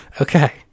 okay